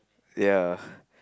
ya